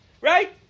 Right